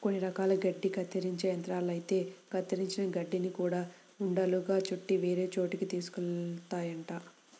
కొన్ని రకాల గడ్డి కత్తిరించే యంత్రాలైతే కత్తిరించిన గడ్డిని గూడా ఉండలుగా చుట్టి వేరే చోటకి తీసుకెళ్తాయంట